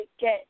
get